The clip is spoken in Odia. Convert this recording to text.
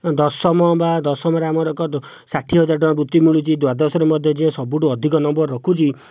ଦଶମ ବା ଦଶମରେ ଆମର ଏକ ଷାଠିଏ ହଜାର ଟଙ୍କା ବୃତ୍ତି ମିଳୁଛି ଦ୍ଵାଦଶରେ ମଧ୍ୟ ଯିଏ ସବୁଠାରୁ ଅଧିକ ନମ୍ବର ରଖୁଛି